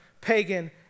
pagan